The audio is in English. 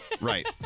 Right